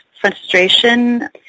frustration